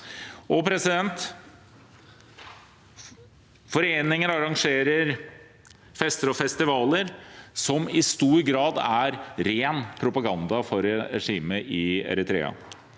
regjeringen. Foreninger arrangerer fester og festivaler som i stor grad er ren propaganda for regimet i Eritrea.